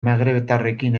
magrebtarrekin